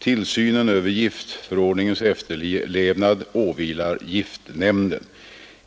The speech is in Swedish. Tillsynen över giftförordningens efterlevned avilar giftnämnden.